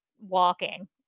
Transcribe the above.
walking